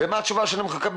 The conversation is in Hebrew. מה התשובה של שאנחנו מקבלים?